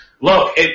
look